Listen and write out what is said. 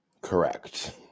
Correct